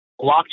blockchain